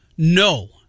No